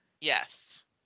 yes